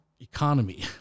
economy